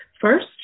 First